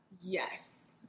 Yes